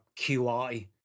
QI